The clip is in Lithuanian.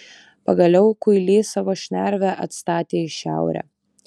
pagaliau kuilys savo šnervę atstatė į šiaurę